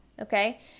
Okay